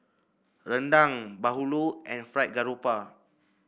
rendang bahulu and Fried Garoupa